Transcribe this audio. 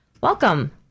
Welcome